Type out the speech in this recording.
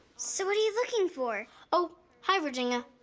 so what are you looking for? oh, hi virginia.